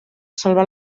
salvar